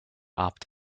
opt